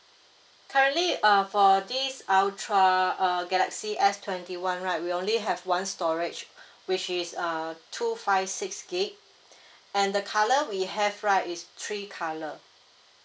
currently err for this ultra err galaxy S twenty one right we only have one storage which is err two five six gig and the colour we have right is three colour